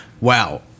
Wow